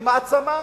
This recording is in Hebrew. היא מעצמה.